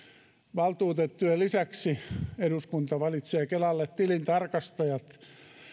valtuutettujen lisäksi eduskunta valitsee kelalle tilintarkastajat